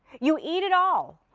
you eat it all.